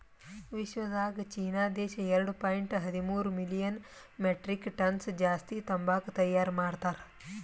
ವಿಶ್ವದಾಗ್ ಚೀನಾ ದೇಶ ಎರಡು ಪಾಯಿಂಟ್ ಹದಿಮೂರು ಮಿಲಿಯನ್ ಮೆಟ್ರಿಕ್ ಟನ್ಸ್ ಜಾಸ್ತಿ ತಂಬಾಕು ತೈಯಾರ್ ಮಾಡ್ತಾರ್